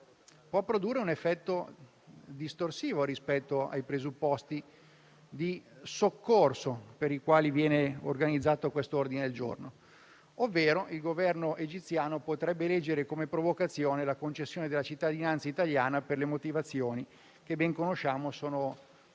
può produrre un effetto distorsivo rispetto ai presupposti di soccorso per i quali esso è stato presentato. Mi riferisco al fatto che il Governo egiziano potrebbe leggere come provocazione la concessione della cittadinanza italiana per le motivazioni - che ben conosciamo -